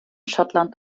schottland